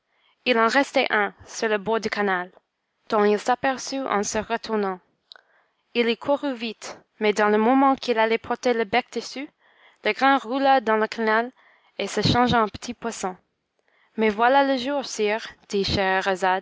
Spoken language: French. il en restait un sur le bord du canal dont il s'aperçut en se retournant il y courut vite mais dans le moment qu'il allait porter le bec dessus le grain roula dans le canal et se changea en petit poisson mais voilà le jour